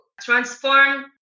transform